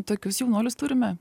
tokius jaunuolius turime